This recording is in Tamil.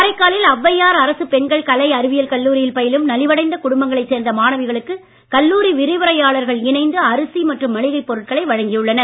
காரைக்கா லில் அவ்வையார் அரசுப் பெண்கள் கலை அறிவியல் கல்லூரியில் பயிலும் நலிவடைந்த குடும்பங்களைச் சேர்ந்த மாணவிகளுக்கு கல்லூரி விரிவுரையாளர்கள் இணைந்து அரிசி மற்றும் மளிகைப் பொருட்களை வழங்கியுள்ளனர்